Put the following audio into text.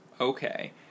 okay